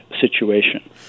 situation